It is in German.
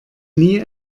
nie